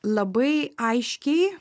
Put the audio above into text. labai aiškiai